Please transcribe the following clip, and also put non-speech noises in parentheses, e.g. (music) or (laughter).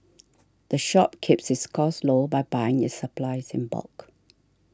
(noise) the shop keeps its costs low by buying its supplies in bulk